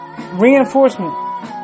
Reinforcement